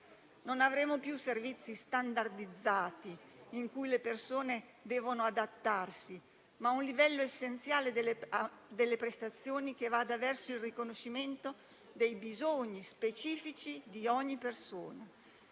non più servizi standardizzati, in cui le persone devono adattarsi, ma un livello essenziale delle prestazioni che vada verso il riconoscimento dei bisogni specifici di ogni persona.